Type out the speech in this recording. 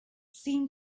seemed